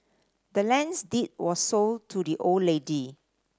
the land's deed was sold to the old lady